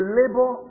labor